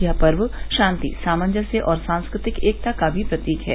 यह पर्व शांति सामंजस्य और सांस्कृतिक एकता का प्रतीक भी है